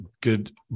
good